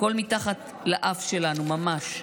הכול מתחת לאף שלנו ממש.